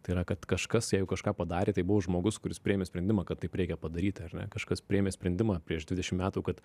tai yra kad kažkas jeigu kažką padarė tai buvo žmogus kuris priėmė sprendimą kad taip reikia padaryti ar ne kažkas priėmė sprendimą prieš dvidešim metų kad